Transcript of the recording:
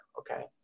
okay